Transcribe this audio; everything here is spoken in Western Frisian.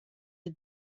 der